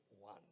one